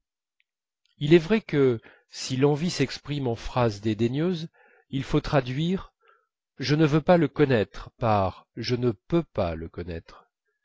il est vrai que si l'envie s'exprime en phrases dédaigneuses il faut traduire je ne veux pas le connaître par je ne peux pas le connaître